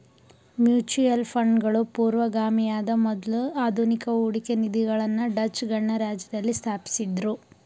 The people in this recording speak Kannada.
ಮ್ಯೂಚುಯಲ್ ಫಂಡ್ಗಳು ಪೂರ್ವಗಾಮಿಯಾದ ಮೊದ್ಲ ಆಧುನಿಕ ಹೂಡಿಕೆ ನಿಧಿಗಳನ್ನ ಡಚ್ ಗಣರಾಜ್ಯದಲ್ಲಿ ಸ್ಥಾಪಿಸಿದ್ದ್ರು